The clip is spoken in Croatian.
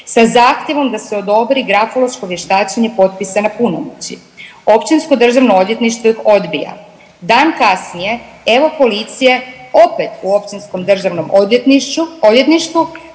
sa zahtjevom da se odobri grafološko vještačenje potpisane punomoći. Općinsko državno odvjetništvo ih odbija, dan kasnije evo policije opet u Općinskom državnom odvjetništvu koje